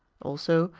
also,